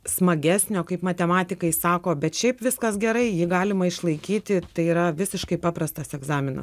smagesnio kaip matematikai sako bet šiaip viskas gerai jį galima išlaikyti tai yra visiškai paprastas egzaminas